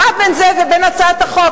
מה בין זה ובין הצעת החוק?